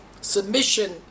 submission